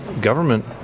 government